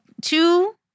two